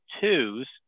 twos